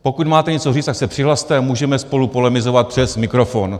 Pokud máte co říct, tak se přihlaste a můžeme spolu polemizovat přes mikrofon.